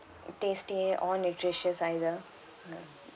tasty or nutritious either ya